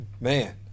Man